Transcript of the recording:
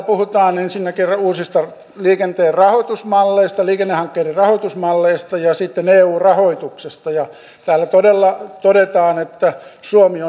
puhutaan ensinnäkin uusista liikenteen rahoitusmalleista liikennehankkeiden rahoitusmalleista ja sitten eu rahoituksesta täällä todella todetaan että suomi